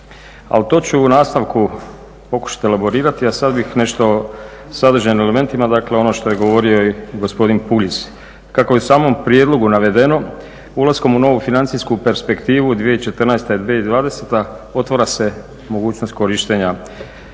to ću u nastavku pokušati elaborirati, a sad bih nešto sadržajno o elementima. Dakle ono što je govorio i gospodin Puljiz. Kako je i u samom prijedlogu navedeno ulaskom u novu financijsku perspektivu 2014./2020. otvara se mogućnost korištenja